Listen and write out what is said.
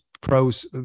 pros